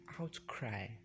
outcry